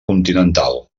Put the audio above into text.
continental